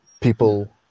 people